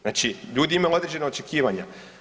Znači ljudi imaju određena očekivanja.